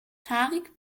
tarek